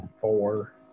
Four